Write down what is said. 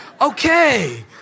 Okay